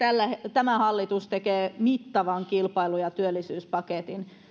tämä hallitus tekee mittavan kilpailu ja työllisyyspaketin